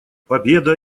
победа